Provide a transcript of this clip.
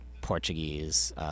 Portuguese